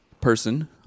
person